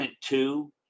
two